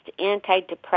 antidepressant